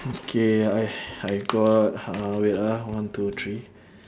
okay I I got uh wait ah one two three